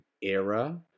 era